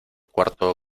cuarto